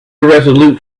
irresolute